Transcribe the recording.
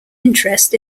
interest